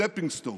ל-stepping stone,